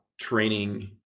training